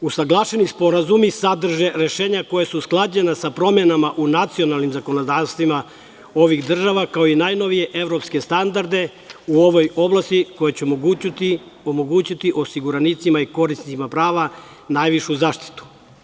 Usaglašeni sporazumi sadrže rešenja koja su usklađena sa promenama u nacionalnim zakonodavstvima ovih država, kao i najnovije evropske standarde u ovoj oblasti koji će omogućiti osiguranicima i korisnicima prava najvišu zaštitu.